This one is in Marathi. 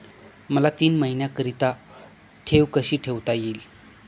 मला तीन महिन्याकरिता ठेव कशी ठेवता येईल?